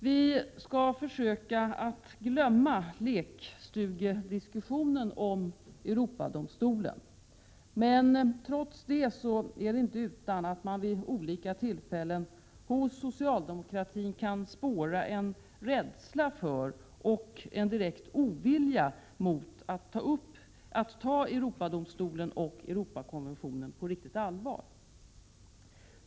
Vi skall försöka att glömma lekstugediskussionen om Europadomstolen, men trots det är det inte utan att man vid olika tillfällen hos socialdemokratin kan spåra en rädsla för och en direkt ovilja mot att ta Europadomstolen och Europakonventionen på riktigt allvar.